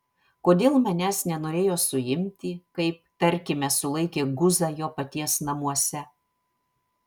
kodėl manęs nenorėjo suimti kaip tarkime sulaikė guzą jo paties namuose